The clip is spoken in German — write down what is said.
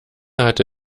hatte